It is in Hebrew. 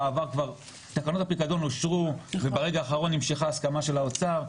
בעבר תקנות הפיקדון אושרו וברגע האחרון נמשכה ההסכמה של האוצר.